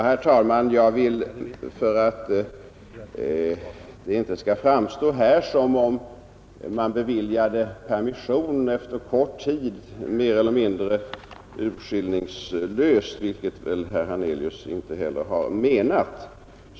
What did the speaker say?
Herr talman! Jag vill inte att det skall framstå som om permission beviljats efter kort tid mer eller mindre urskillningslöst, vilket väl herr Hernelius inte heller har menat.